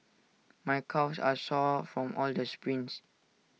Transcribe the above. my calves are sore from all the sprints